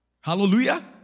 Hallelujah